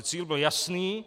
Cíl byl jasný.